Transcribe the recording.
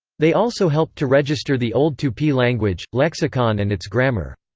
they also helped to register the old tupi language, lexicon and its grammar.